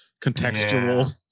contextual